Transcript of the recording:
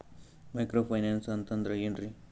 Micro finance ಅಂತಂದ್ರ ಏನ್ರೀ?